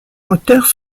moteurs